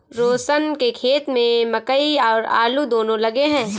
रोशन के खेत में मकई और आलू दोनो लगे हैं